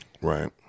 Right